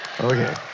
okay